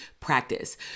practice